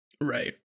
Right